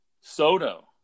Soto